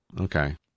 Okay